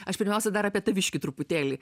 aš pirmiausia dar apie taviškį truputėlį